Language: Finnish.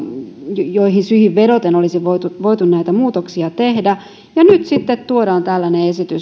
joihin syihin vedoten olisi voitu näitä muutoksia tehdä ja nyt sitten tuodaan tällainen